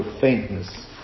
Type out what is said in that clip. faintness